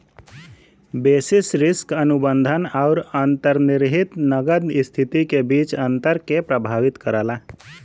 basis risk अनुबंध आउर अंतर्निहित नकद स्थिति के बीच अंतर के प्रभावित करला